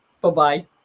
Bye-bye